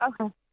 Okay